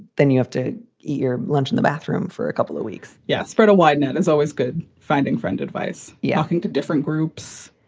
then you have to eat your lunch in the bathroom for a couple of weeks yeah. spread a wide net. it's always good finding friend advice. yeah. to different groups.